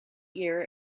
year